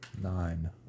Nine